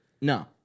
no